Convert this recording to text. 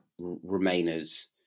Remainer's